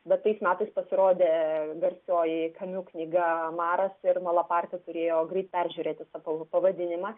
bet tais metais pasirodė garsioji kamiu knyga omaras ir mano partija turėjo greit peržiūrėti savo pavadinimą